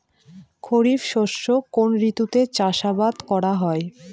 খরিফ শস্য কোন ঋতুতে চাষাবাদ করা হয়?